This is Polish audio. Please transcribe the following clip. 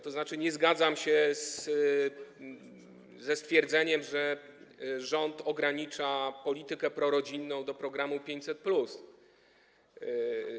To znaczy nie zgadzam się ze stwierdzeniem, że rząd ogranicza politykę prorodzinną do programu 500+.